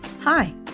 Hi